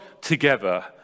together